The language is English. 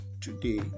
today